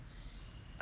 eh